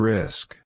Risk